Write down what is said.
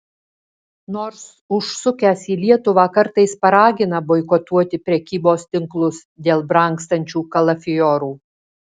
nors užsukęs į lietuvą kartais paragina boikotuoti prekybos tinklus dėl brangstančių kalafiorų